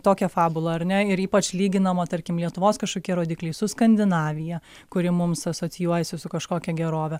tokią fabulą ar ne ir ypač lyginama tarkim lietuvos kažkokie rodikliai su skandinavija kuri mums asocijuojasi su kažkokia gerove